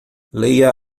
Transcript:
leia